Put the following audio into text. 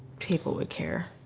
people would care.